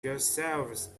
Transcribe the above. yourselves